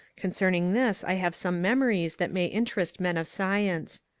concerning this i have some memories that may interest men of science.